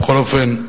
בכל אופן,